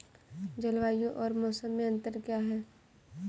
जलवायु और मौसम में अंतर क्या है?